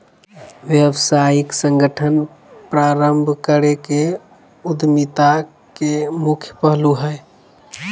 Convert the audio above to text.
व्यावसायिक संगठन प्रारम्भ करे के उद्यमिता के मुख्य पहलू हइ